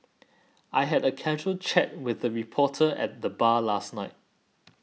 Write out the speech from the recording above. I had a casual chat with a reporter at the bar last night